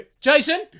Jason